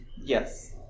Yes